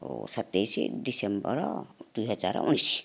ଓ ସତେଇଶ ଡିସେମ୍ବର ଦୁଇ ହଜାର ଉଣେଇଶ